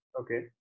okay